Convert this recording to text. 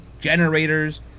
generators